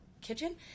kitchen